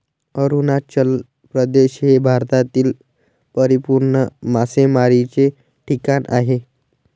अरुणाचल प्रदेश हे भारतातील परिपूर्ण मासेमारीचे ठिकाण आहे